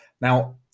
now